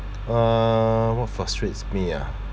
uh what frustrates me ah